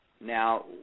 Now